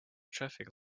traffic